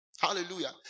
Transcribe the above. Hallelujah